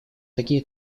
такие